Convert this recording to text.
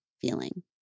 feeling